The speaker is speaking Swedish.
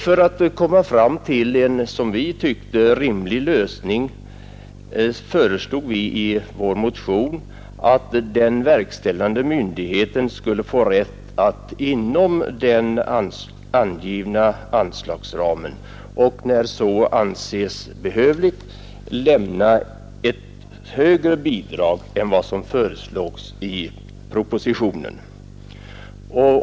För att komma fram till en, som vi tyckte, rimlig lösning föreslog vi i vår motion att den verkställande myndigheten skulle få rätt att inom den angivna anslagsramen när så kan anses behövligt lämna ett högre bidrag än vad som föreslås i propositionen.